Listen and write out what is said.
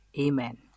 amen